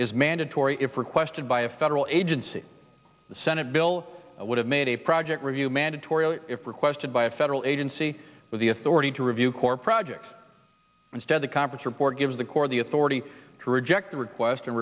is mandatory if request by a federal agency the senate bill would have made a project review mandatory requested by a federal agency with the authority to review corps projects instead the conference report gives the corps the authority to reject the request